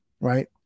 right